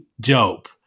dope